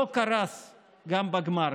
לא קרס גם בגמר,